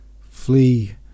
Flee